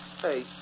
Hey